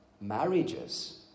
Marriages